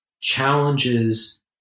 challenges